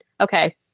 Okay